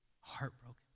heartbroken